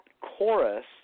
chorus